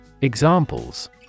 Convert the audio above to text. Examples